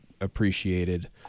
appreciated